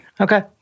Okay